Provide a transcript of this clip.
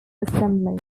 assembly